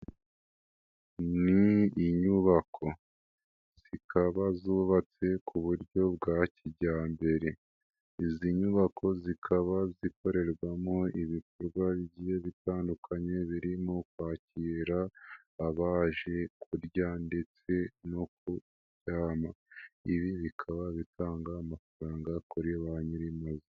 Ni inyubako, zikaba zubatse ku buryo bwa kijyambere, izi nyubako zikaba zikorerwamo ibikorwa bigiye bitandukanye birimo kwakira abaje kurya ndetse no kuryama, ibi bikaba bitanga amafaranga kuri ba nyir'amazu.